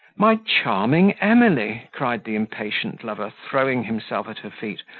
my charming emily, cried the impatient lover, throwing himself at her feet,